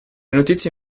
notizie